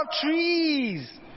trees